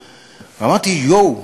ואמרתי: יו,